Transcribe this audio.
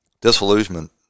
Disillusionment